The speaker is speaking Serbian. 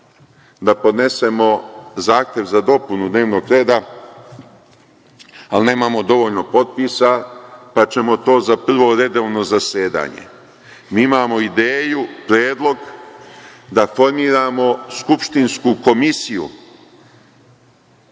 da podnesemo zahtev za dopunu dnevnog reda, ali nemamo dovoljno potpisa, pa ćemo to za prvo redovno zasedanje. Mi imamo ideju, predlog da formiramo skupštinsku komisiju